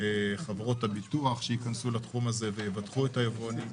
חברות הביטוח ייכנסו לתחום הזה ויבטחו את היבואנים.